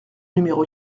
numéro